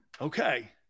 Okay